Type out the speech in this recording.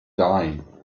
die